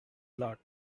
lot